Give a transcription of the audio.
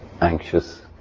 anxious